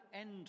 end